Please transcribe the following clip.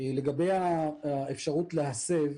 לגבי האפשרות להסב,